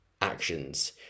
actions